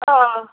ହଁ